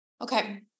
Okay